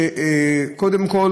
שקודם כול